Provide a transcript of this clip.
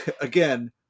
again